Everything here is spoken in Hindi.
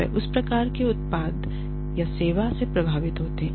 वे उस प्रकार के उत्पाद या सेवा से प्रभावित होते हैं